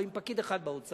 או עם פקיד אחד באוצר,